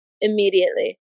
immediately